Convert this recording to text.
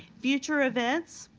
future events,